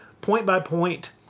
point-by-point